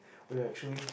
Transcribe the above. we are actually